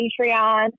Patreon